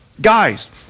Guys